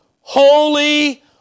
Holy